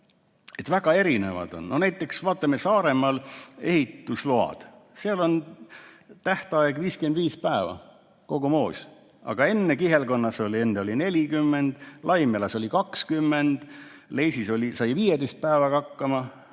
väga erinevad on. Näiteks vaatame Saaremaal ehituslubasid, seal on tähtaeg 55 päeva ja kogu moos, aga enne oli Kihelkonnas 40, Laimjalas 20, Leisis sai 15 päevaga hakkama,